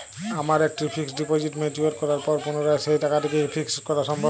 আমার একটি fixed deposit mature করার পর পুনরায় সেই টাকাটিকে কি ফিক্সড করা সম্ভব?